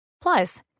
Plus